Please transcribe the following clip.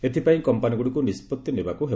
ଏଥିପାଇଁ କମ୍ପାନୀଗୁଡ଼ିକୁ ନିଷ୍ପତ୍ତି ନେବାକୁ ହେବ